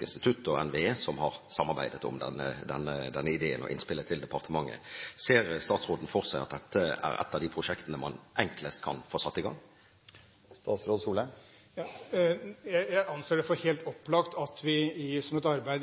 institutt og NVE, som har samarbeidet om denne ideen og innspillet til departementet. Ser statsråden for seg at dette er et av de prosjektene man enklest kan få satt i gang? Jeg anser det som helt opplagt at vi som et arbeid